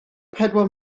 pedwar